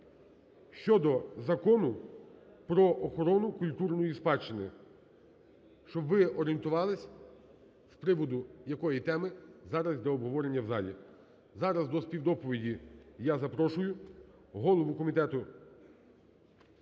щодо Закону про охорону культурної спадщини, щоб ви орієнтувались, з приводу якої теми зараз йде обговорення в залі. Зараз до співдоповіді я запрошую голову Комітету…